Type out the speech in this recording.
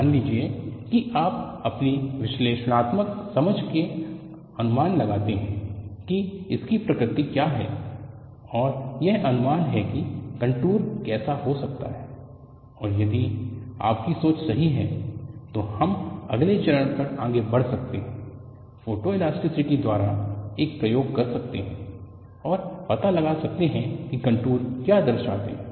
मान लीजिए कि आप अपनी विश्लेषणात्मक समझ से अनुमान लगाते हैं कि इसकी प्रकृति क्या है और यह अनुमान है कि कंटूर कैसा हो सकता है और यदि आपकी सोच सही है तो हम अगले चरण पर आगे बढ़ सकते हैं फोटोइलास्टिसिटी द्वारा एक प्रयोग कर सकते हैं और पता लगा सकते हैं कि वो कंटूर क्या दर्शाते हैं